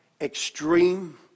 extreme